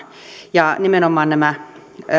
ja nimenomaan nämä